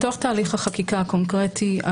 בתוך תהליך החקיקה הקונקרטי,